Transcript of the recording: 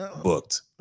Booked